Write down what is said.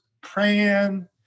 praying